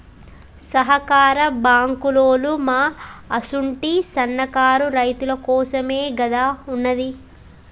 సహకార బాంకులోల్లు మా అసుంటి సన్నకారు రైతులకోసమేగదా ఉన్నది